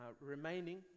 remaining